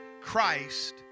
Christ